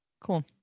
cool